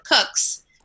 cooks